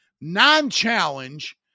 non-challenge